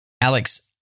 Alex